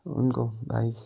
उनको भाइ